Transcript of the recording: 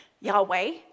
Yahweh